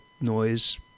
noise